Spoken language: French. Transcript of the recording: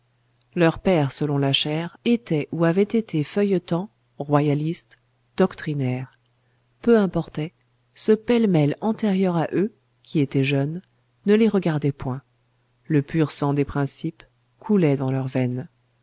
leurs pères selon la chair étaient ou avaient été feuillants royalistes doctrinaires peu importait ce pêle-mêle antérieur à eux qui étaient jeunes ne les regardait point le pur sang des principes coulait dans leurs veines